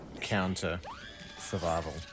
counter-survival